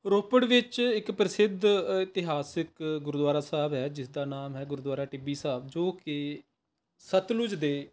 ਰੋਪੜ ਵਿੱਚ ਇੱਕ ਪ੍ਰਸਿੱਧ ਇਤਿਹਾਸਿਕ ਗੁਰਦੁਆਰਾ ਸਾਹਿਬ ਹੈ ਜਿਸ ਦਾ ਨਾਮ ਹੈ ਗੁਰਦੁਆਰਾ ਟਿੱਬੀ ਸਾਹਿਬ ਜੋ ਕਿ ਸਤਲੁਜ ਦੇ